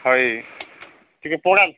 ହଏ ଟିକେ ପୁରୁଣା